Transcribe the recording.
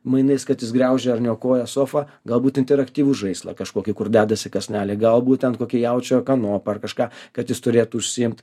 mainais kad jis griaužia ar niokoja sofą galbūt interaktyvų žaislą kažkokį kur dedasi kąsnelį galbūt ten kokį jaučio kanopą ar kažką kad jis turėtų užsiimt